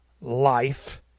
life